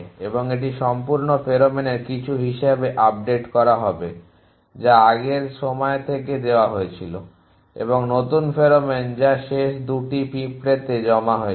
এবং এটি সম্পূর্ণ ফেরোমনের কিছু হিসাবে আপডেট করা হবে যা আগের সময় থেকে দেওয়া হয়েছিল এবং নতুন ফেরোমোন যা শেষ 2 তে পিঁপড়াদের দ্বারা জমা হয়েছিল